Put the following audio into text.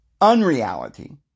unreality